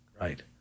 right